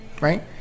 right